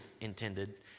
intended